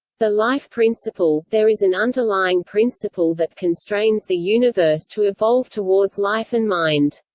the life principle there is an underlying principle that constrains the universe to evolve towards life and mind.